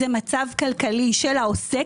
זה מצב כלכלי של העוסק.